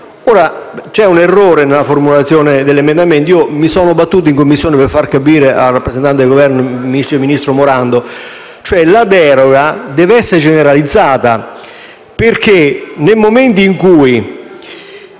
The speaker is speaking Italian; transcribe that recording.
C'è un errore nella formulazione dell'emendamento e mi sono battuto in Commissione per far capire al rappresentante del Governo, il vice ministro Morando, che la deroga deve essere generalizzata. Nel momento in cui